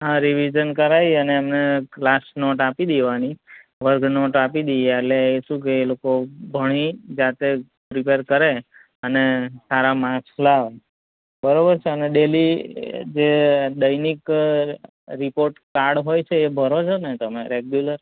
હા રીવીઝન કરાવી અને એમને ક્લાસ નોટ આપી દેવાની વર્ગ નોટ આપી દઈએ એટલે શું કે એ લોકો ભણી જાતે પ્રીપેર કરે અને સારા માક્સ લાવે બરાબર છે અને ડેલી જે દૈનિક રિપોટકાડ હોય છે એ ભરો છો ને તમે રેગ્યુલર